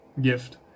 gift